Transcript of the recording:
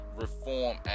Reform